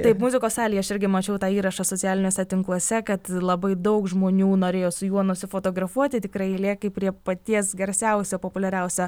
taip muzikos salėje aš irgi mačiau tą įrašą socialiniuose tinkluose kad labai daug žmonių norėjo su juo nusifotografuoti tikrai eilė kaip prie paties garsiausio populiariausio